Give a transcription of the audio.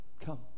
Come